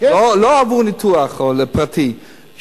לא עבור ניתוח או לפרטי,